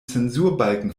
zensurbalken